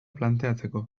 planteatzeko